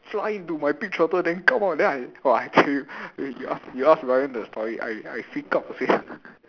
fly into my pig trotter then come out then I !wah! I tell you wait you ask you ask Bryan the story I I freak out sia